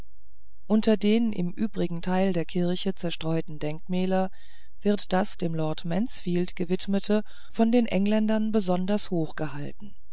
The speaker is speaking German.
unter den im übrigen teil der kirche zerstreuten denkmäler wird das dem lord mansfield gewidmete und von den engländern besonders hoch gehalten